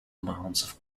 amounts